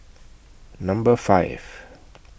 Number five